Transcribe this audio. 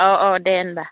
अ अ दे होनब्ला